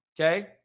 okay